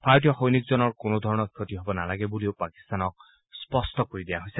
ভাৰতীয় সৈনিকজনৰ কোনোধৰণৰ ক্ষতি হ'ব নালাগে বুলিও পাকিস্তানক স্পট্ট কৰি দিয়া হৈছে